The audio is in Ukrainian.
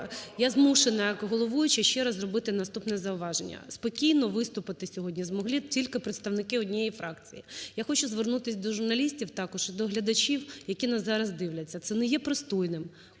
Я змушена як головуючий зробити ще раз наступне зауваження. Спокійно виступити сьогодні змогли тільки представники однієї фракції. Я хочу звернутись до журналістів також і до глядачів, які нас зараз дивляться, це не є пристойним,